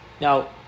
Now